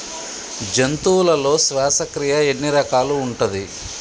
జంతువులలో శ్వాసక్రియ ఎన్ని రకాలు ఉంటది?